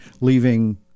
leaving